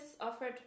offered